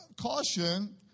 caution